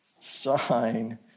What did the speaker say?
sign